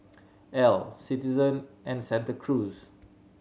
Elle Citizen and Santa Cruz